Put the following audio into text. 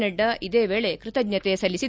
ನಡ್ಡಾ ಇದೇ ವೇಳೆ ಕೃತಜ್ಞತೆ ಸಲ್ಲಿಸಿದರು